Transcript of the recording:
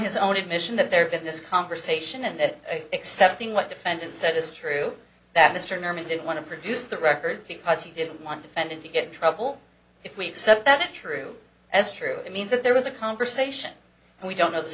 his own admission that there had been this conversation and that excepting what defendant said is true that mr norman didn't want to produce the records because he didn't want defendant to get in trouble if we accept that it true as true it means that there was a conversation and we don't know the